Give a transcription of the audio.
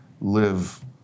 live